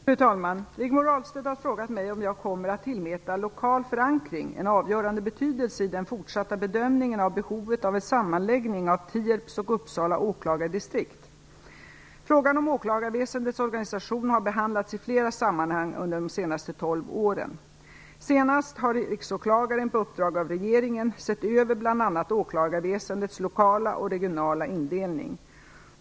Fru talman! Rigmor Ahlstedt har frågat mig om jag kommer att tillmäta lokal förankring en avgörande betydelse i den fortsatta bedömningen av behovet av en sammanläggning av Tierps och Uppsala åklagardistrikt. Frågan om åklagarväsendets organisation har behandlats i flera sammanhang under de senaste tolv åren. Senast har Riksåklagaren på uppdrag av regeringen sett över bl.a. åklagarväsendets lokala och regionala indelning.